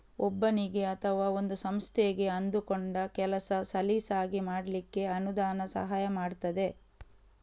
ಒಬ್ಬನಿಗೆ ಅಥವಾ ಒಂದು ಸಂಸ್ಥೆಗೆ ಅಂದುಕೊಂಡ ಕೆಲಸ ಸಲೀಸಾಗಿ ಮಾಡ್ಲಿಕ್ಕೆ ಅನುದಾನ ಸಹಾಯ ಮಾಡ್ತದೆ